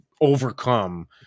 overcome